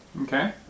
Okay